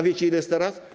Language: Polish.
Wiecie, ile jest teraz?